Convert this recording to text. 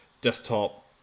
desktop